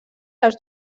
les